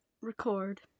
Record